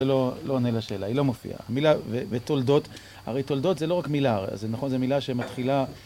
זה לא עונה לשאלה, היא לא מופיעה, מילה ותולדות, הרי תולדות זה לא רק מילה, נכון זו מילה שמתחילה